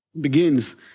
begins